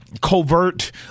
covert